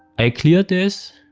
i clear this,